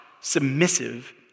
submissive